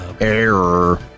error